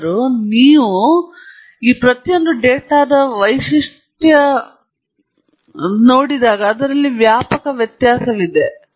ಆದಾಗ್ಯೂ ನೀವು ನೋಡುವಂತೆ ಈ ಪ್ರತಿಯೊಂದು ಡೇಟಾದ ವೈಶಿಷ್ಟ್ಯಗಳಲ್ಲಿ ಅಂತಹ ವ್ಯಾಪಕ ವ್ಯತ್ಯಾಸವಿದೆ